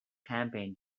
campaign